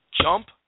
jump